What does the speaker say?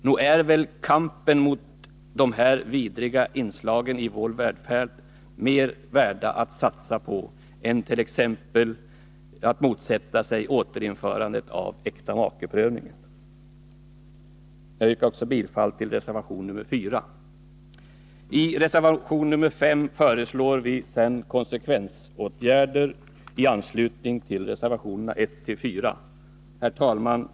Nog är det väl mer värt att satsa på kampen mot de här vidriga inslagen i vår välfärd än att t.ex. motsätta sig ett återinförande av äktamakeprövningen? Jag yrkar bifall till reservation nr 4. I reservation nr 5 föreslår vi konsekvensåtgärder i anslutning till reservationerna 14. Herr talman!